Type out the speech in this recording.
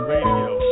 Radio